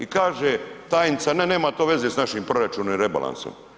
I kaže tajnica ne nema to veze sa našim proračunom i rebalansom.